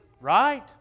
Right